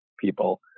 people